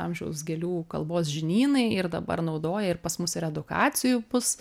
amžiaus gėlių kalbos žinynai ir dabar naudoja ir pas mus ir edukacijų bus